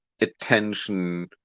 attention